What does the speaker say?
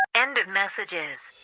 end of messages